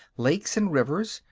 lakes and rivers,